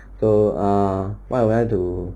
so err what I want to